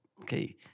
okay